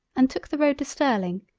and took the road to sterling,